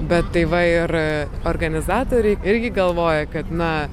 bet tai va ir organizatoriai irgi galvoja kad na